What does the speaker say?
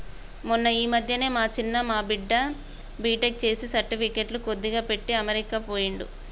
మొన్న ఈ మధ్యనే మా చిన్న మా బిడ్డ బీటెక్ చేసి సర్టిఫికెట్లు కొద్దిగా పెట్టి అమెరికా పోయిండు